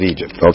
Egypt